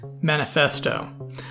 manifesto